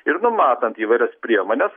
ir numatant įvairias priemones